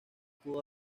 pudo